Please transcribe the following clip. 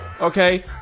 okay